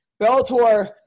bellator